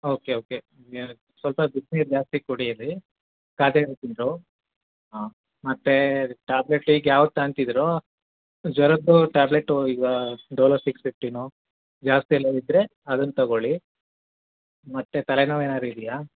okay okay ಯ ಸ್ವಲ್ಪ ಬಿಸ್ನೀರು ಜಾಸ್ತಿ ಕುಡೀರಿ ಕಾದಿರೋದ್ ನೀರು ಹಾಂ ಮತ್ತೆ ಅದಕ್ಕೆ ಟ್ಯಾಬ್ಲೆಟ್ ಈಗ ಯಾವ್ದು ತಗೊಂತಿದ್ರೋ ಜ್ವರದ್ದು ಟ್ಯಾಬ್ಲೆಟು ಈಗ ಡೊಲೊ ಸಿಕ್ಸ್ ಫಿಫ್ಟಿಯೋ ಜಾಸ್ತಿ ಎಲ್ಲ ಇದ್ದರೆ ಅದನ್ನು ತೊಗೊಳ್ಳಿ ಮತ್ತು ತಲೆನೋವು ಏನಾದ್ರು ಇದೆಯಾ